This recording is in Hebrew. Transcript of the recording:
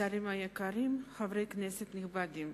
שרים יקרים, חברי כנסת נכבדים,